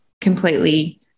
completely